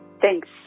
Thanks